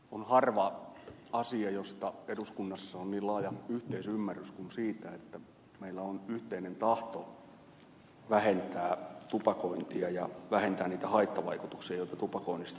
on harvoja asioita josta eduskunnassa on niin laaja yhteisymmärrys kuin siitä että meillä on yhteinen tahto vähentää tupakointia ja vähentää niitä haittavaikutuksia joita tupakoinnista seuraa